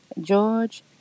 George